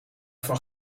van